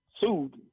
sued